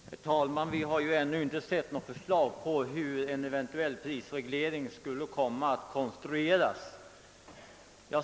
Herr talman! Vi har ännu inte sett något förslag hur en eventuell prisreglering skall konstrueras.